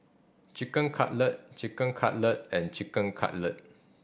Chicken Cutlet Chicken Cutlet and Chicken Cutlet